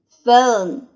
phone